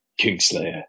Kingslayer